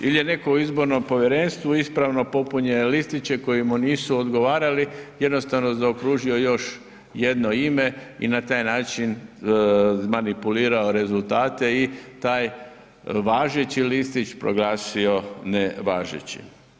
Ili je netko u Izbornom povjerenstvu ispravno popunjene listiće koji mu nisu odgovarali jednostavno zaokružio još jedno ime i na taj način izmanipulirao rezultate i taj važeći listić proglasio nevažećim.